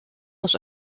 muss